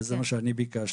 וזה מה שאני ביקשתי.